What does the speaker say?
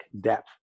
depth